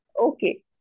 Okay